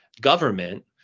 government